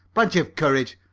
plenty of courage.